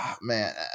man